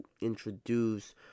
introduce